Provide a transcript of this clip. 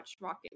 Rocket